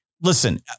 Listen